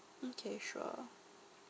okay sure